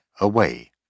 away